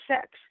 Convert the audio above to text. sex